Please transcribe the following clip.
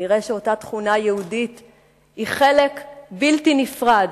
כנראה אותה תכונה יהודית היא חלק בלתי נפרד